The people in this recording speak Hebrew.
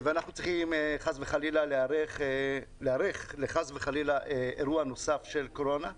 אנחנו צריכים חס וחלילה להיערך לחס וחלילה אירוע נוסף של קורונה.